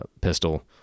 pistol